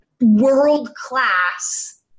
world-class